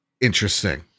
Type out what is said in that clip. interesting